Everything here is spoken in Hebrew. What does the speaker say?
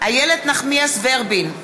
איילת נחמיאס ורבין,